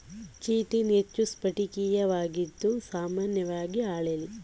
chitin ಹೆಚ್ಚು ಸ್ಫಟಿಕೀಯವಾಗಿದ್ದು ಸಾಮಾನ್ಯವಾಗಿ ಹಾಳೆಲಿ ಆಯೋಜಿಸಲಾದ ಸರಪಳಿಗಳಿಂದ ಕೂಡಿದೆ